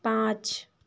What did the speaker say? पाँच